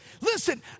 Listen